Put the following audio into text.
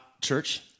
Church